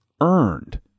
earned